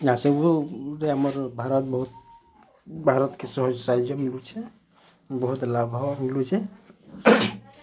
ନାସିକ୍ରୁ ଗୁଟେ ଭାରତ୍କେ ସବୁ ସାହାଯ୍ୟ ମିଲୁଛେ ଆମକୁ ବହୁତ୍ ଲାଭ ମିଲୁଛେ